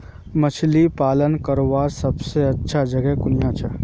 मछली पालन करवार सबसे अच्छा जगह कुनियाँ छे?